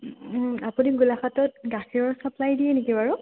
আপুনি গোলাঘাটত গাখীৰৰ ছাপ্লাই দিয়ে নেকি বাৰু